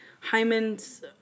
Hyman's